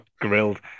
Grilled